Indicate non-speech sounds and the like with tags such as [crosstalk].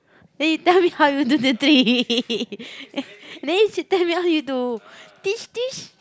then you tell me how you do the thing [laughs] then you should tell me how you do teach teach